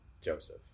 Joseph